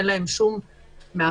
אין להם שום מאפיין,